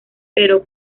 pero